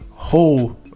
whole